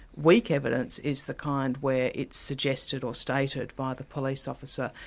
weak evidence is the kind where it's suggested or stated by the police officer,